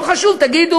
לא חשוב, תגידו